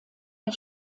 der